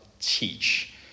teach